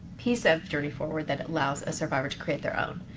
piece of journey forward that allows a survivor to create their own.